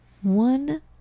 One